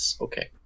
okay